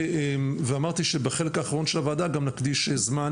ואמרתי שבחלק האחרון של הוועדה גם נקדיש זמן